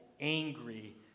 angry